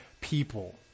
people